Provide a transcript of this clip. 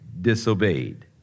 disobeyed